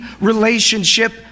relationship